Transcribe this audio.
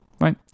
right